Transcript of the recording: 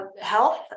Health